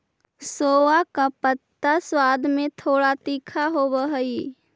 सोआ का पत्ता स्वाद में थोड़ा तीखा होवअ हई